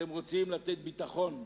אתם רוצים לתת ביטחון,